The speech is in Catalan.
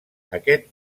aquest